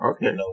Okay